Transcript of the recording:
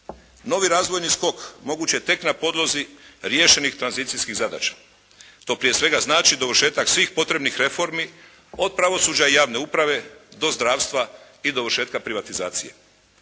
Novi razvojni skok moguć je tek na podlozi riješenih tranzicijskih zadaća. To prije svega znači dovršetak svih potrebnih reformi od pravosuđa i javne uprave do zdravstva i dovršetka privatizacije.